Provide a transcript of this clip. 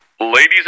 Ladies